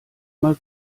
mal